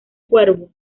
cuervo